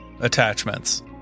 attachments